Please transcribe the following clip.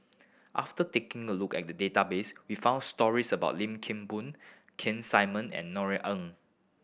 after taking a look at the database we found stories about Lim Kim Boon Keith Simmons and Norothy Ng